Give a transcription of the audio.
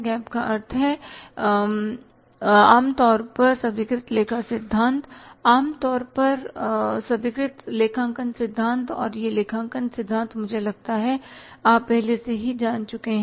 GAAP का अर्थ है आमतौर पर स्वीकृत लेखा सिद्धांत आम तौर पर स्वीकृत लेखांकन सिद्धांत और ये लेखांकन सिद्धांत मुझे लगता है कि आप पहले से ही जान चुके हैं